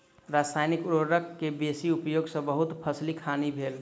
रसायनिक उर्वरक के बेसी उपयोग सॅ बहुत फसीलक हानि भेल